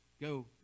go